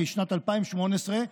משנת 2018,